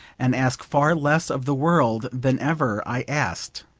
and ask far less of the world than ever i asked.